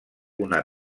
una